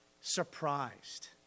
surprised